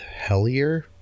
Hellier